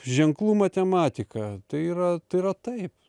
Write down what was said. ženklų matematika tai yra tai yra taip